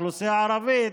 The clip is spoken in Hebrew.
מצב האוכלוסייה הערבית,